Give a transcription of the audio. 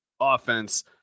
Offense